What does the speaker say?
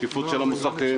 שקיפות של המוסכים,